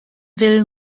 will